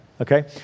okay